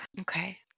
Okay